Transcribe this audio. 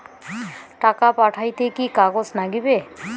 টাকা পাঠাইতে কি কাগজ নাগীবে?